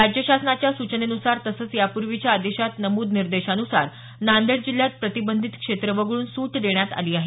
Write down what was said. राज्य शासनाच्या सुचनेनुसार तसंच यापूर्वीच्या आदेशात नमूद निर्देशान्सार नांदेड जिल्ह्यात प्रतिबंधित क्षेत्र वगळून सूट देण्यात आली आहे